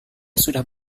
sudah